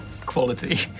quality